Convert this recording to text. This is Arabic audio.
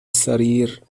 السرير